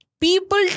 people